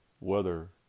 weather